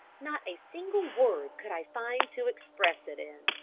not a single word could i find to express it in,